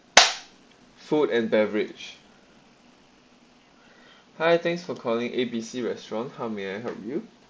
food and beverage hi thanks for calling A_B_C restaurant how may I help you